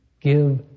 give